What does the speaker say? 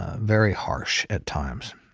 very harsh at times.